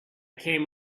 came